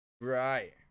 Right